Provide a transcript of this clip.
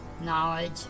Knowledge